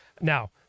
Now